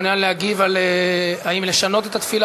מעוניין להגיב על האם לשנות את התפילה